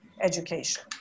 education